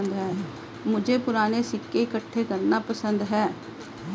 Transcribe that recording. मुझे पूराने सिक्के इकट्ठे करना पसंद है